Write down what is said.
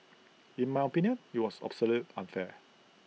in my opinion IT was absolute unfair